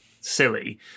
silly